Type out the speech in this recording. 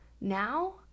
now